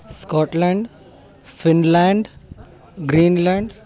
Scotland Finland Greenland